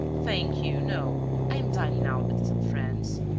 thank you, no, i am dining out with some friends.